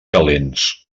calents